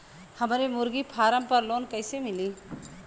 हमरे मुर्गी फार्म पर लोन कइसे मिली?